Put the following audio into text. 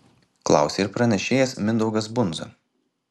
klausė ir pranešėjas mindaugas bundza